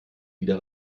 wieder